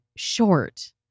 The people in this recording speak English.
short